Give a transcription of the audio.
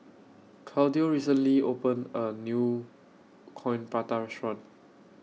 Claudio recently opened A New Coin Prata Restaurant